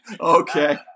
Okay